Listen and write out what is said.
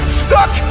stuck